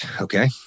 Okay